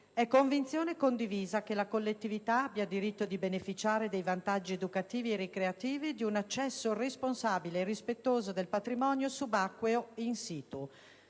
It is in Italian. È convinzione condivisa che la collettività abbia diritto di beneficiare dei vantaggi educativi e ricreativi di un accesso responsabile e rispettoso del patrimonio subacqueo *in situ*.